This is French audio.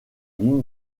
ligne